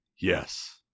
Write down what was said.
yes